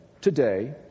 today